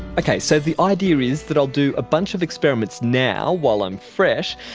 okay, so the idea is that i'll do a bunch of experiments now, while i'm fresh,